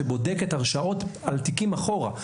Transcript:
שבודקת הרשעות על תיקים אחורה.